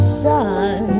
sun